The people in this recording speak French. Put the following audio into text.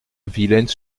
villennes